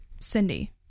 Cindy